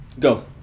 Go